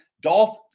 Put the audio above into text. Dolph